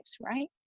right